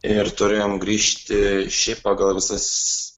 ir turim grįžti šiaip pagal visas